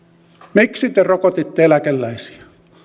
miksi te rokotitte eläkeläisiä